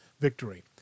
victory